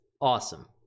awesome